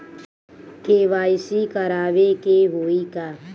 KYC करावे के होई का?